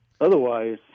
otherwise